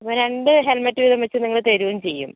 അപ്പോൾ രണ്ട് ഹെൽമെറ്റ് വീതം വെച്ച് നിങ്ങൾ തരുകയും ചെയ്യും